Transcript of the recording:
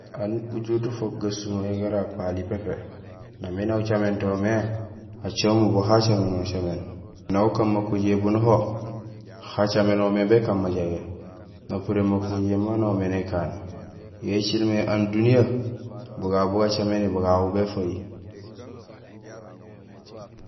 Aan ujuut ufook gasumay gara apali pépé. Nang miin aw ucamintool mé, acé umubo ha caménol caméén, nang aw ukaan makojihé boon ho, ha caménomé békaan majagé. Napuréén makojihé mamu maan aw hoomé nékaan. Yo éciil mé aan duniyee, bugagu bu gacaméni, bugagu béfoyi.